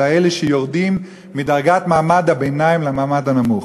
אלא אלה שיורדים מדרגת מעמד הביניים למעמד הנמוך.